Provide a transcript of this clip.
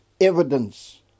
evidence